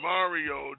Mario